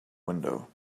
window